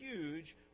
huge